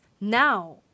now